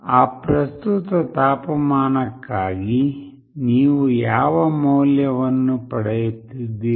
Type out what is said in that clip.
ಆ ಪ್ರಸ್ತುತ ತಾಪಮಾನಕ್ಕಾಗಿ ನೀವು ಯಾವ ಮೌಲ್ಯವನ್ನು ಪಡೆಯುತ್ತಿದ್ದೀರಿ